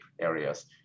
areas